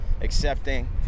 accepting